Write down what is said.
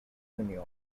union